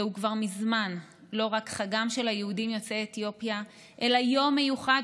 זהו כבר מזמן לא רק חגם של היהודים יוצאי אתיופיה אלא יום מיוחד